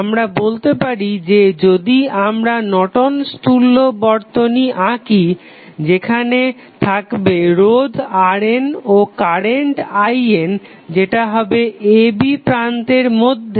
আমরা বলতে পারি যে যদি আমরা নর্টন'স তুল্য Nortons equivalent বর্তনী আঁকি যেখানে থাকবে রোধ RN ও কারেন্ট IN যেটা হবে a b প্রান্তের মধ্যে